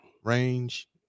range